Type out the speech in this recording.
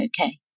okay